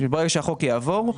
ברגע שהחוק יעבור,